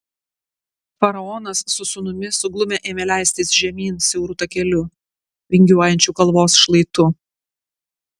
faraonas su sūnumi suglumę ėmė leistis žemyn siauru takeliu vingiuojančiu kalvos šlaitu